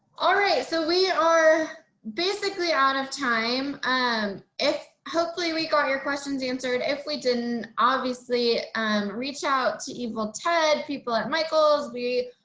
alright, so we are basically out of time. and if hopefully we got your questions answered. if we didn't obviously and reach out to evil ted people at michael's we